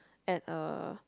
at a